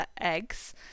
eggs